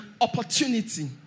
opportunity